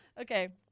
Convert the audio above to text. Okay